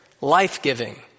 life-giving